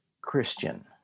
Christian